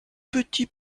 petit